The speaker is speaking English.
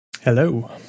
Hello